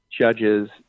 judges